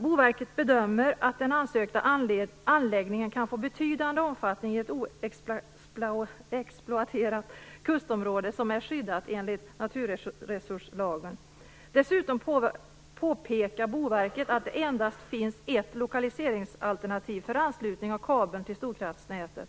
Boverket bedömer att den ansökta anläggningen kan få betydande omfattning i ett oexploaterat kustområde som är skyddat enligt naturresurslagen. Dessutom påpekar Boverket att det endast finns ett lokaliseringsalternativ för anslutning av kabeln till storkraftsnätet.